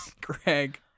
Greg